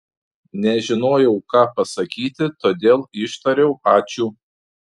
nežinojau ką pasakyti todėl ištariau ačiū